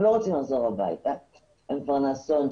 הם לא רוצים לחזור הביתה כי שם יש רעב.